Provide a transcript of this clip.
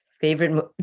favorite